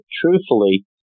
truthfully